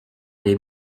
les